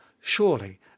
SURELY